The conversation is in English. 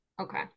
Okay